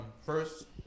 First